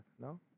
No